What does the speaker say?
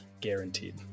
Guaranteed